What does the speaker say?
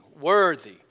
Worthy